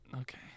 Okay